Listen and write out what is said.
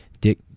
Dick